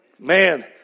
Man